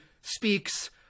speaks